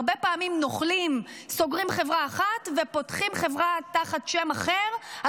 הרבה פעמים נוכלים סוגרים חברה אחת ופותחים חברה תחת שם אחר,